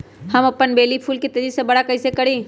हम अपन बेली फुल के तेज़ी से बरा कईसे करी?